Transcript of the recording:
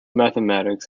mathematics